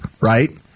right